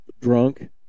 drunk